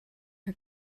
her